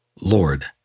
Lord